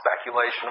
speculation